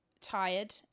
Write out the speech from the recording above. tired